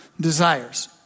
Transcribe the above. desires